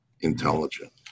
intelligent